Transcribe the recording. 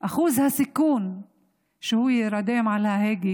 אחוז הסיכון שהוא יירדם על ההגה